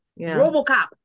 Robocop